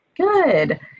Good